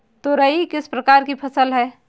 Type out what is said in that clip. तोरई किस प्रकार की फसल है?